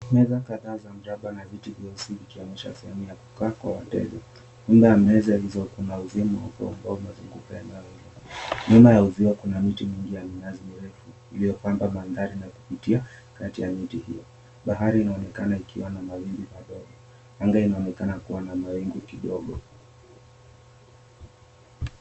Meza kadhaa za miraba na viti vyeusi vikionyesha sehemu ya kukaa kwa wateja. Kando ya meza hizo kuna uzimi ya uzio. Nyuma ya uzio kuna miti mingi ya minazi mirefu iliyopandwa mandhari ya kupitia kati ya miti hiyo. Bahari inaonekana ikiwa na mawimbi madogo. Anga inaonekana ikiwa na mawimbi kidogo.